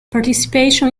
participation